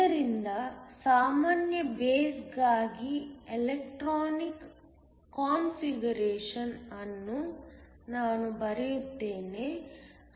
ಆದ್ದರಿಂದ ಸಾಮಾನ್ಯ ಬೇಸ್ಗಾಗಿ ಎಲೆಕ್ಟ್ರಾನಿಕ್ ಕಾನ್ಫಿಗರೇಶನ್ ಅನ್ನು ನಾನು ಬರೆಯುತ್ತೇನೆ